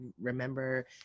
remember